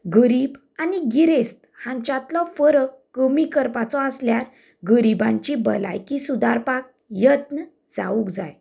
गरीब आनी गिरेस्त हांच्यातलो फरक कमी करपाचो आसल्यार गरीबांची भलायकी सुदारपाक यत्न जावंक जाय